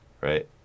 Right